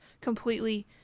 completely